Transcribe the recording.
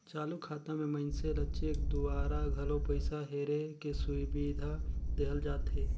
चालू खाता मे मइनसे ल चेक दूवारा घलो पइसा हेरे के सुबिधा देहल जाथे